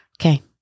Okay